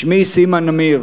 שמי סימה נמיר.